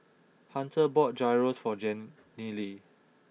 Hunter bought Gyros for Jenilee